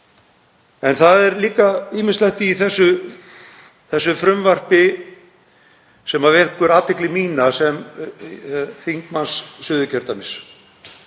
Það er líka ýmislegt í þessu frumvarpi sem vekur athygli mína sem þingmaður Suðurkjördæmis.